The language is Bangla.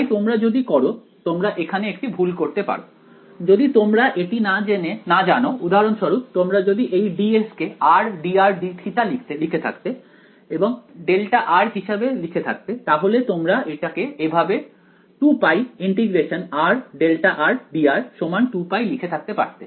তাই তোমরা যদি করো তোমরা এখানে একটি ভুল করতে পারো যদি তোমরা এটি না জানো উদাহরণস্বরূপ তোমরা যদি এই dS কে rdrdθ লিখে থাকতে এবং δ হিসেবে লিখে থাকতে তাহলে তোমরা এটাকে এভাবে 2π∫rδdr 2π লিখে থাকতে পারতে